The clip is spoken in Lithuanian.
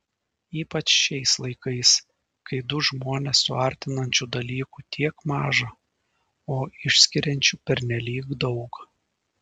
ypač šiais laikais kai du žmones suartinančių dalykų tiek maža o išskiriančių pernelyg daug